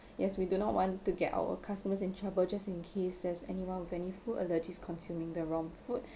yes we do not want to get our customers in trouble just in case as anyone with any food allergies consuming the wrong food